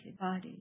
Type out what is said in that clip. bodies